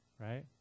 right